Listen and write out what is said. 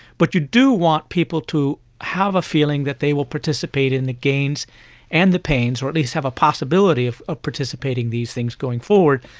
but you do want people to have a feeling that they will participate in the gains and the pains, or at least have a possibility of ah participating in these things going forward,